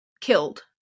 killed